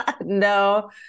No